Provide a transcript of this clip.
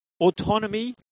Autonomy